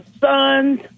sons